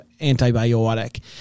antibiotic